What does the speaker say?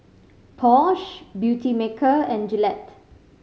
Porsche Beautymaker and Gillette